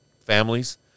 families